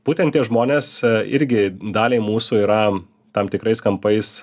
būtent tie žmonės irgi daliai mūsų yra tam tikrais kampais